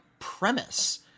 premise